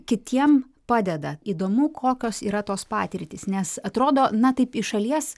kitiem padeda įdomu kokios yra tos patirtys nes atrodo na taip iš šalies